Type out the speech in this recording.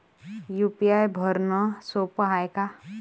UPI भरनं सोप हाय का?